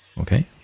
Okay